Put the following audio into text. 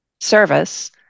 service